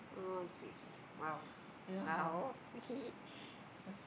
oh okay okay !wow! !wow! okay